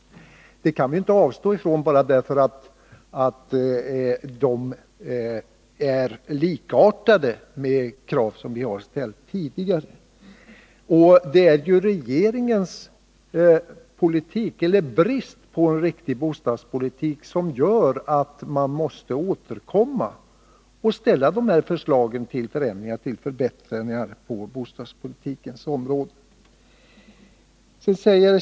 Vi kan inte avstå från detta bara därför att de är likartade med krav som vi tidigare har ställt. Det är ju regeringens politik eller brist på riktig bostadspolitik som gör att vi måste återkomma och ställa dessa förslag till förändringar och förbättringar på bostadspolitikens område.